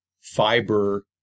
fiber